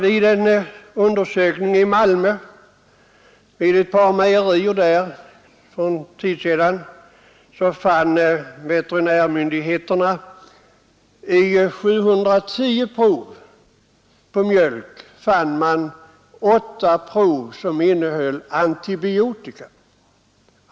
Vid ett par mejerier i Malmö fann veterinärmyndigheterna för en tid sedan vid undersökning av 710 prov på mjölk 8 prov som innehöll antibiotika.